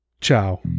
Ciao